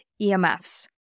EMFs